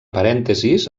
parèntesis